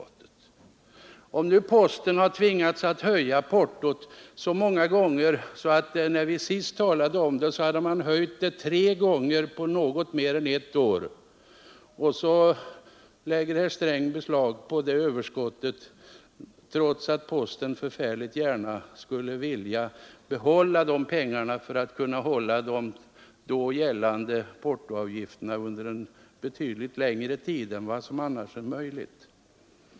Posten har under rådande förhållanden tvingats att höja portot upprepade gånger. När vi sist diskuterade frågan hade portot höjts tre gånger på något mer än ett år. Överskottet lägger herr Sträng beslag på, trots att posten mycket gärna skulle vilja disponera över detta för att kunna bibehålla gällande portoavgifter under betydligt längre tid än vad som annars är möjligt.